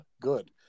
good